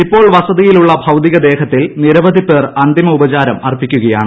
ഇപ്പോൾ വസതിയിലുള്ള ഭൌതിക ദേഹത്തിൽ നിരവധി പേർ അന്തിമോപചാരം അർപ്പിക്കുകയാണ്